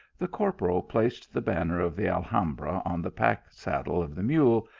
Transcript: the corporal placed the banner of the alhambra on the pack saddle of the mule,